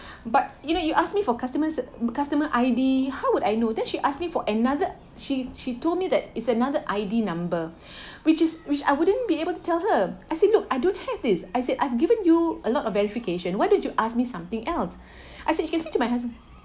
but you know you ask me for customer ser~ customer I_D how would I know then she ask me for another she she told me that is another I_D number which is which I wouldn't be able to tell her I said no I don't have this I said I've given you a lot of verification why don't you ask me something else I said you can speak to my husband